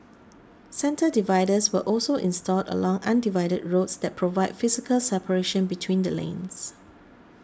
centre dividers were also installed along undivided roads that provide physical separation between the lanes